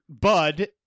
Bud